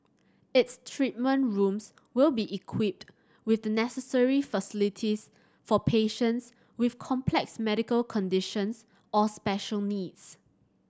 its treatment rooms will be equipped with the necessary facilities for patients with complex medical conditions or special needs